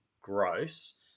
gross